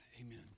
Amen